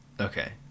Okay